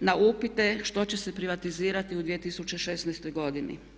na upite što će se privatizirati u 2016.godini?